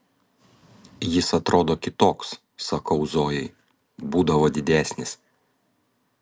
jis atrodo kitoks sakau zojai būdavo didesnis